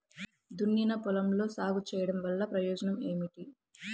దున్నిన పొలంలో సాగు చేయడం వల్ల ప్రయోజనం ఏమిటి?